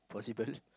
possible